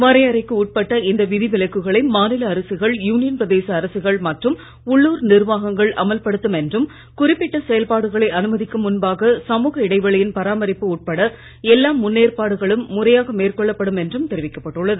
வரையறைக்கு உட்பட்ட இந்த விதிவிலக்குகளை மாநில அரசுகள் யூனியன் பிரதேச அரசுகள் மற்றும் உள்ளுர் நிர்வாகங்கள் அமல்படுத்தும் என்றும் குறிப்பிட்ட செயல்பாடுகளை அனுமதிக்கும் முன்பாக சமூக இடைவெளியின் பராமரிப்பு உட்பட எல்லா முன்னேற்பாடுகளும் முறையாக மேற்கொள்ளப் படும் என்றும் தெரிவிக்கப் பட்டுள்ளது